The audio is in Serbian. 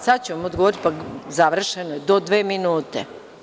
Sada ću vam odgovoriti, pa završeno je, do dve minute.